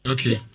Okay